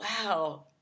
Wow